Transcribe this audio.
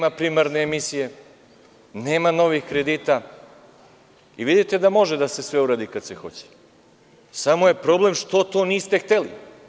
Nema primarne emisije, nema novih kredita i vidite da može sve da se uradi kada se hoće, samo je problem što to niste hteli.